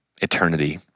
eternity